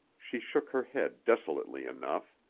she shook her head desolately enough.